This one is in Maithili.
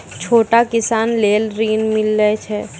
छोटा किसान लेल ॠन मिलय छै?